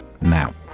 Now